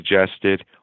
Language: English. suggested